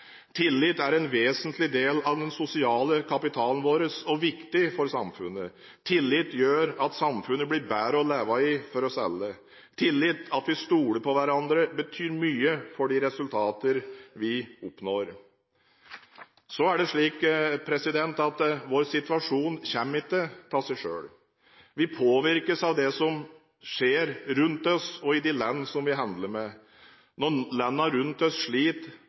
Tillit er en vesentlig del av den sosial kapitalen vår og viktig for samfunnet. Tillit gjør at samfunnet blir bedre å leve i for oss alle. Tillit – at vi stoler på hverandre – betyr mye for de resultater vi oppnår. Så er det slik at vår situasjon kommer ikke av seg selv. Vi påvirkes av det som skjer rundt oss, og i de land som vi handler med. Når landene rundt oss sliter